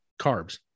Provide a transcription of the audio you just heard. carbs